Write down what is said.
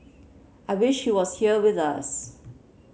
I wish she was here with us